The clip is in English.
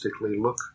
look